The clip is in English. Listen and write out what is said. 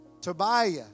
Tobiah